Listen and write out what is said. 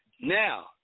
Now